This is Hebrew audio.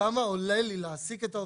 אם תמחרתי כמה עולה לי להעסיק את העובד,